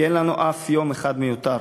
כי אין לנו אף יום אחד מיותר.